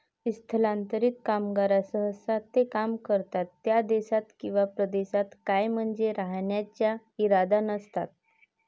स्थलांतरित कामगार सहसा ते काम करतात त्या देशात किंवा प्रदेशात कायमचे राहण्याचा इरादा नसतात